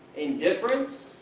indifference?